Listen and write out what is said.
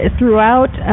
Throughout